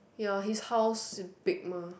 ya his house big mah